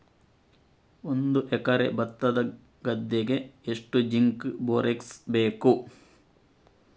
ಒಂದು ಎಕರೆ ಭತ್ತದ ಗದ್ದೆಗೆ ಎಷ್ಟು ಜಿಂಕ್ ಬೋರೆಕ್ಸ್ ಬೇಕು?